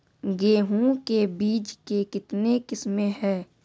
गेहूँ के बीज के कितने किसमें है?